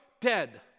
dead